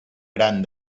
gran